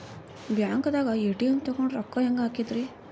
ಬ್ಯಾಂಕ್ದಾಗ ಎ.ಟಿ.ಎಂ ತಗೊಂಡ್ ರೊಕ್ಕ ಹೆಂಗ್ ಹಾಕದ್ರಿ?